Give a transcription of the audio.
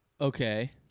okay